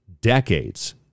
decades